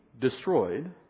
destroyed